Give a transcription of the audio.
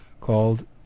called